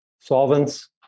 solvents